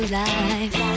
life